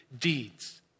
deeds